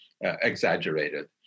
exaggerated